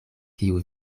kiu